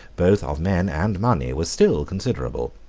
both of men and money, were still considerable.